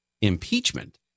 impeachment